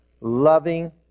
Loving